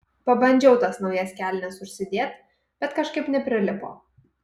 pabandžiau tas naujas kelnes užsidėt bet kažkaip neprilipo